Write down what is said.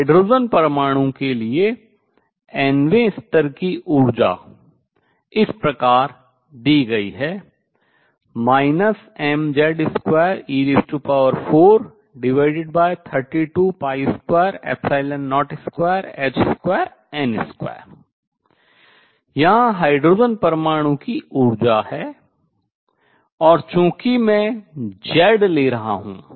hydrogen परमाणु के लिए nवें स्तर की ऊर्जा इस प्रकार दी गई है mz2e432202h2n2 यह हाइड्रोजन परमाणु की ऊर्जा है और चूँकि मैं Z ले रहा हूँ